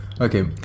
Okay